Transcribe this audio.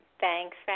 thanks